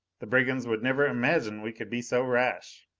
the brigands would never imagine we could be so rash!